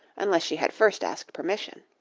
unless she had first asked permission.